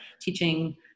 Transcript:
teaching